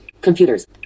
Computers